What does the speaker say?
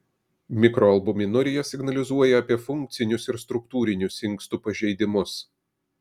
mikroalbuminurija signalizuoja apie funkcinius ir struktūrinius inkstų pažeidimus